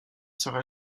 sera